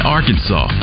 Arkansas